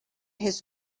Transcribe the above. his